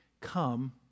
Come